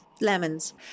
Lemons